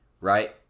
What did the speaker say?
Right